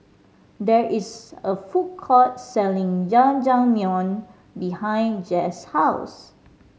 there is a food court selling Jajangmyeon behind Jesse's house